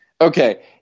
okay –